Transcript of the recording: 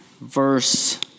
verse